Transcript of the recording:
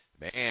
Man